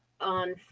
on